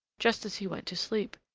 just as he went to sleep.